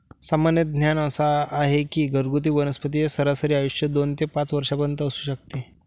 सामान्य ज्ञान असा आहे की घरगुती वनस्पतींचे सरासरी आयुष्य दोन ते पाच वर्षांपर्यंत असू शकते